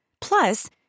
Plus